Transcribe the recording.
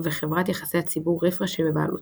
וחברת יחסי הציבור ריפרש שבבעלותו.